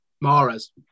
Mares